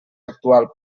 actual